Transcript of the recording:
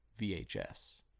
VHS